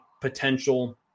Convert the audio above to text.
potential